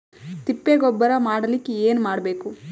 ತಿಪ್ಪೆ ಗೊಬ್ಬರ ಮಾಡಲಿಕ ಏನ್ ಮಾಡಬೇಕು?